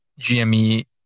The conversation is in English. GME